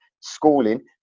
schooling